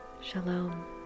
Shalom